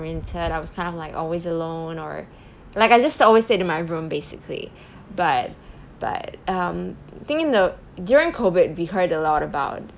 oriented I was kind of like always alone or like I just always stayed in my room basically but but um I think during COVID we heard a lot about